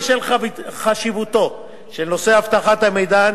בשל חשיבותו של נושא אבטחת המידע,